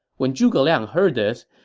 when zhuge liang heard this,